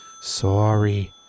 Sorry